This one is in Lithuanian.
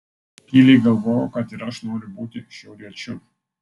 tyliai galvojau kad ir aš noriu būti šiauriečiu